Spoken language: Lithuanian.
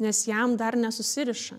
nes jam dar nesusiriša